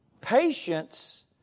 Patience